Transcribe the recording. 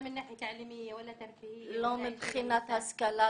לא מבחינת השכלה,